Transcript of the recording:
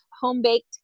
home-baked